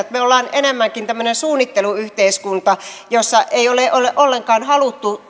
me olemme enemmänkin tämmöinen suunnitteluyhteiskunta jossa ei ole ole ollenkaan haluttu